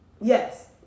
Yes